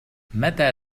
متى